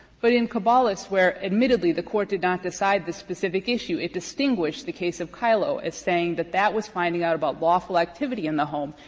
but in caballes, where admittedly the court did not decide this specific issue, it distinguished the case of kyllo as saying that that was finding out about lawful activity in the home,